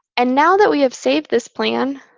and now that we have saved this plan,